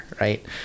Right